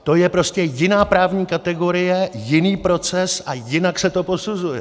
To je prostě jiná právní kategorie, jiný proces a jinak se to posuzuje.